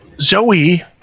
Zoe